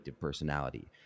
personality